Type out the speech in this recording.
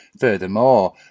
Furthermore